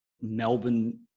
Melbourne